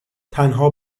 تنها